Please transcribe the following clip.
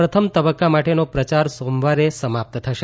પ્રથમ તબક્કા માટેનો પ્રચાર સોમવારે સમાપ્ત થશે